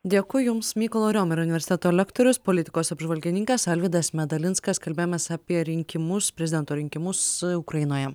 dėkui jums mykolo riomerio universiteto lektorius politikos apžvalgininkas alvydas medalinskas kalbėjomės apie rinkimus prezidento rinkimus ukrainoje